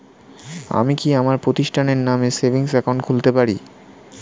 আমি কি আমার প্রতিষ্ঠানের নামে সেভিংস একাউন্ট খুলতে পারি?